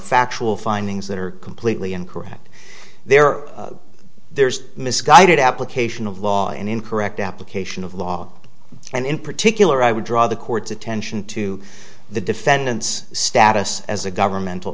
factual findings that are completely incorrect there are there's misguided application of law and in correct application of law and in particular i would draw the court's attention to the defendant's status as a governmental